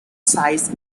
size